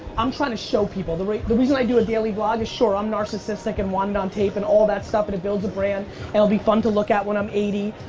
i'm trying to show people the the reason i do a daily vlog is sure, i'm narcissistic and want it on tape and all that stuff and it builds a brand and it'll be fun to look at when i'm eighty,